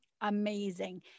Amazing